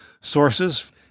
sources—